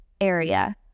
area